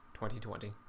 2020